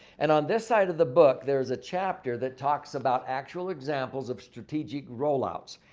and on this side of the book, there's a chapter that talks about actual examples of strategic rollouts.